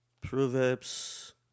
Proverbs